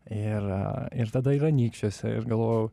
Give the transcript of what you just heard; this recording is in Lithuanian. ir ir tada ir anykščiuose aš galvojau